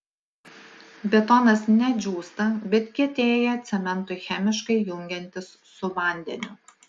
betonas ne džiūsta bet kietėja cementui chemiškai jungiantis su vandeniu